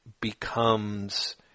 becomes